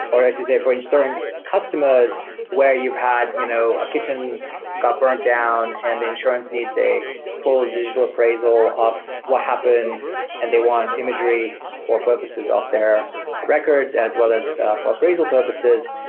or i should i say for insurance customers where you've had you know a kitchen got burned down and insurance needs a full digital appraisal of what happened and they want imagery for purposes of their records as well as for appraisal purposes.